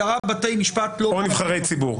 או נבחרי ציבור.